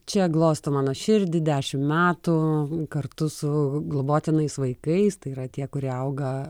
čia glosto mano širdį dešimt metų kartu su globotinais vaikais tai yra tie kurie auga